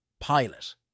PILOT